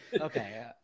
Okay